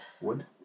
Wood